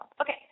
Okay